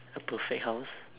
a perfect house